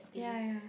ya ya